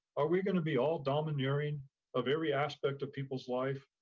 are we gonna be all domineering of every aspect of people's life?